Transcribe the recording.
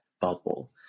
bubble